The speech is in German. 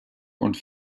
und